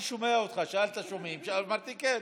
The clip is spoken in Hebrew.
אדוני היושב-ראש, חברות וחברי הכנסת,